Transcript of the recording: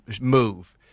move